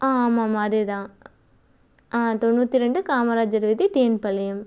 ஆ ஆமாம் ஆமாம் அதே தான் ஆ தொண்ணூற்றி ரெண்டு காமராஜர் வீதி டிஎன் பாளையம்